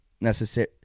necessary